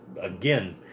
again